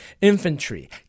infantry